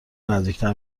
نزدیکتر